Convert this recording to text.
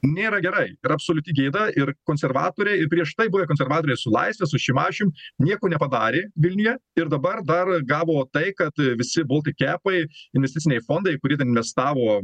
nėra gerai yra absoliuti gėda ir konservatoriai prieš tai buvę konservatoriai su laisve su šimašium nieko nepadarė vilniuje ir dabar dar gavo tai kad visi boltikepai investiciniai fondai kurie ten investavo